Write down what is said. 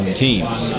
teams